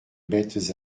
bêtes